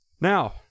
Now